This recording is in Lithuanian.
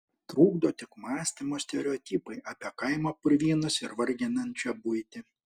trukdo tik mąstymo stereotipai apie kaimo purvynus ir varginančią buitį